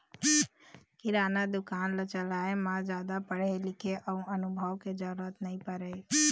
किराना दुकान ल चलाए म जादा पढ़े लिखे अउ अनुभव के जरूरत नइ परय